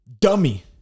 dummy